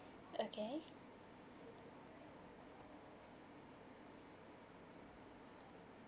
okay